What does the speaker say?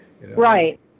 right